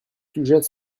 sujet